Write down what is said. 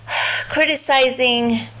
criticizing